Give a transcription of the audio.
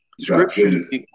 Scriptures